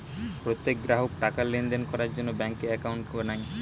প্রত্যেক গ্রাহক টাকার লেনদেন করার জন্য ব্যাঙ্কে অ্যাকাউন্ট বানায়